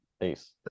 peace